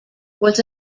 was